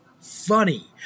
funny